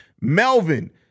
Melvin